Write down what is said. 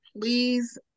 please